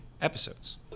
episodes